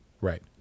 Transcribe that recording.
Right